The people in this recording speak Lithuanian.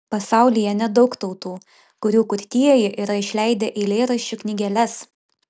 pasaulyje nedaug tautų kurių kurtieji yra išleidę eilėraščių knygeles